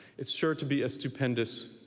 it's sure to be a stupendous,